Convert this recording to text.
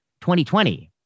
2020